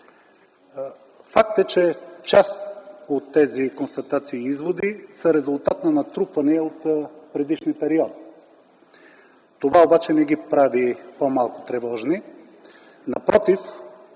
Факт е, че част от тези констатации и изводи са в резултат от натрупвания от предишни периоди. Това обаче не ги прави по-малко тревожни.